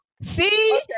See